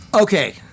okay